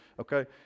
okay